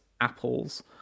Apples